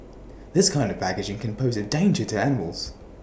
this kind of packaging can pose A danger to animals